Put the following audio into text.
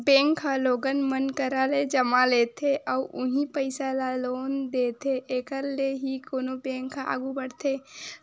bank ह लोगन मन करा ले जमा लेथे अउ उहीं पइसा ल लोन देथे एखर ले ही कोनो बेंक ह आघू बड़थे